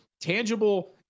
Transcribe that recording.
tangible